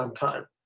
um time.